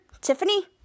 Tiffany